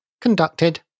conducted